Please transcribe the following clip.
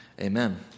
amen